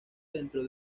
dentro